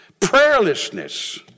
Prayerlessness